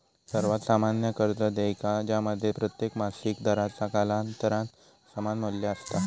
सर्वात सामान्य कर्ज देयका ज्यामध्ये प्रत्येक मासिक दराचा कालांतरान समान मू्ल्य असता